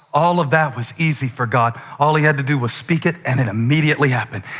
all of that was easy for god. all he had to do was speak it, and it immediately happened.